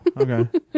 Okay